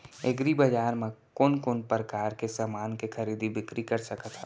एग्रीबजार मा मैं कोन कोन परकार के समान के खरीदी बिक्री कर सकत हव?